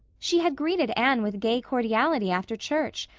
she had greeted anne with gay cordiality after church,